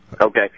Okay